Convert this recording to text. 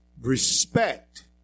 respect